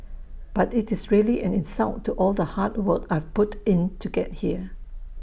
but IT is really an insult to all the hard work I've put in to get here